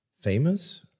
famous